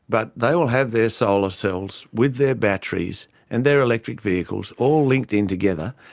but they will have their solar cells with their batteries and their electric vehicles all linked in together,